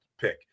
pick